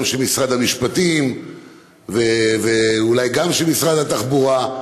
גם של משרד המשפטים ואולי גם של משרד התחבורה.